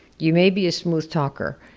you may be a smooth talker,